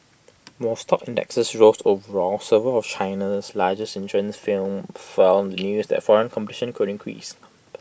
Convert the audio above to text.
while stock indexes rose overall several of China's largest insurance firms fell the news that foreign competition could increase